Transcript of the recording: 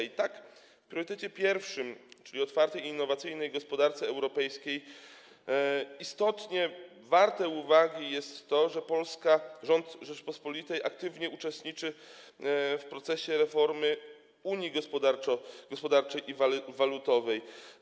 I tak w priorytecie pierwszym, czyli dotyczącym otwartej i innowacyjnej gospodarki europejskiej, istotnie warte uwagi jest to, że Polska, rząd Rzeczypospolitej aktywnie uczestniczy w procesie reformy Unii Gospodarczej i Walutowej.